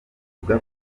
ivuga